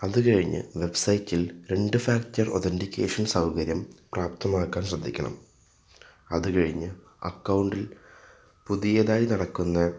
അതുകഴിഞ്ഞ് വെബ്സൈറ്റിൽ രണ്ടു ഫാക്ടർ ഒതൻറ്റിക്കേഷൻ സൗകര്യം പ്രാപ്തമാക്കാൻ ശ്രദ്ധിക്കണം അതുകഴിഞ്ഞ് അക്കൗണ്ടിൽ പുതിയതായി നടക്കുന്ന